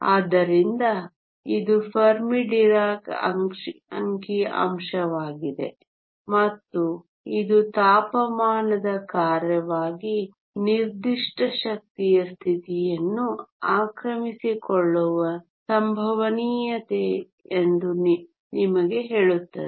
ಆದ್ದರಿಂದ ಇದು Fermi Dirac ಅಂಕಿಅಂಶವಾಗಿದೆ ಮತ್ತು ಇದು ತಾಪಮಾನದ ಕಾರ್ಯವಾಗಿ ನಿರ್ದಿಷ್ಟ ಶಕ್ತಿಯ ಸ್ಥಿತಿಯನ್ನು ಆಕ್ರಮಿಸಿಕೊಳ್ಳುವ ಸಂಭವನೀಯತೆ ಏನು ಎಂದು ನಿಮಗೆ ಹೇಳುತ್ತದೆ